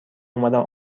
اومدم